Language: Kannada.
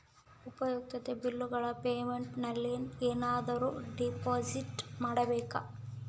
ಉಪಯುಕ್ತತೆ ಬಿಲ್ಲುಗಳ ಪೇಮೆಂಟ್ ನಲ್ಲಿ ಏನಾದರೂ ಡಿಪಾಸಿಟ್ ಮಾಡಬೇಕಾ?